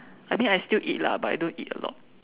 I mean I still eat lah but I don't eat a lot